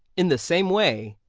in the same way,